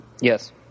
Yes